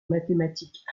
mathématiques